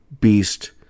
beast